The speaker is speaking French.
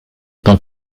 tant